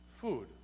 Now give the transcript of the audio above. Food